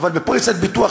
אבל בפוליסת ביטוח,